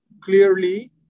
clearly